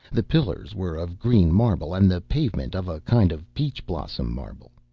the pillars were of green marble, and the pavement of a kind of peach-blossom marble.